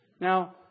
Now